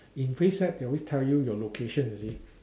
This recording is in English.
in Facetime they will always tell you your location you see